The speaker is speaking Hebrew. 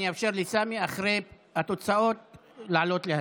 אני אאפשר לסמי לעלות להגיב.